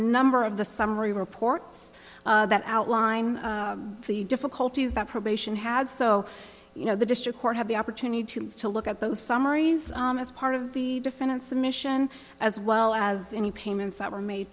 number of the summary reports that outline the difficulties that probation had so you know the district court had the opportunity to to look at those summaries as part of the defendant's admission as well as any payments that were made